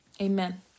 amen